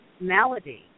malady